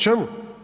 Čemu?